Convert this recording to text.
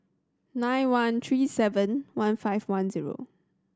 nine one three seven one five one zero